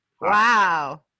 Wow